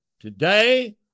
Today